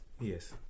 Yes